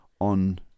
on